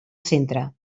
centre